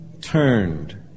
turned